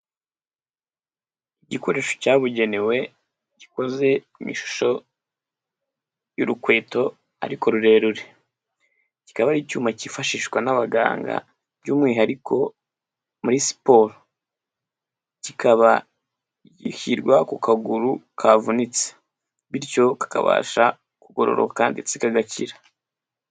Igikoresho cyabugenewe gikoze ishusho y'urukweto ariko rurerure, kikaba ari icyuma cyifashishwa n'abaganga by'umwihariko muri siporo, kikaba gishyirwa ku kaguru kavunitse, bityo kakabasha kugororoka ndetse kagagakira.